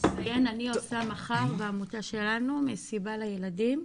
אציין, אני עושה מחר בעמותה שלנו מסיבה לילדים.